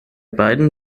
beiden